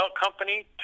company